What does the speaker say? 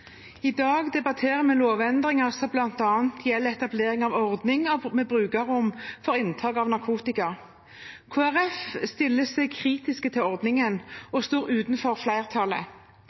I dag debatterer vi lovendringer som bl.a. gjelder ordningen med etablering av brukerrom for inntak av narkotika. Kristelig Folkeparti stiller seg kritisk til ordningen og står utenfor flertallet.